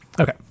Okay